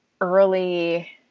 early